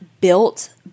built